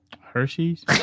Hershey's